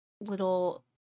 little